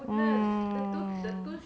mm